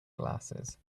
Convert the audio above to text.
glasses